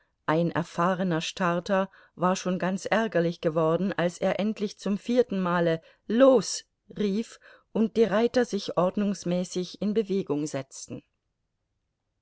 ein erfahrener starter war schon ganz ärgerlich geworden als er endlich zum vierten male los rief und die reiter sich ordnungsmäßig in bewegung setzten